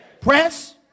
Press